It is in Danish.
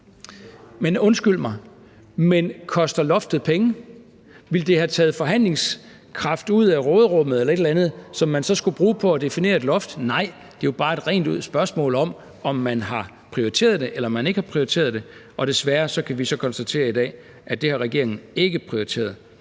Men undskyld mig, koster loftet penge? Ville det have taget forhandlingskraft ud af råderummet eller et eller andet, som man så skulle bruge på at definere et loft? Nej, det er jo rent ud bare et spørgsmål om, om man har prioriteret det, eller om man ikke har prioriteret det. Og desværre kan vi jo konstatere i dag, at det har regeringen ikke prioriteret.